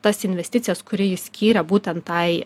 tas investicijas kuri jį skyrė būtent tai